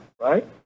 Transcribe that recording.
right